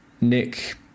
Nick